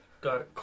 go